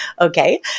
okay